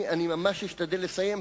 אני ממש אשתדל לסיים.